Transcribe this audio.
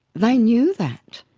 they knew that.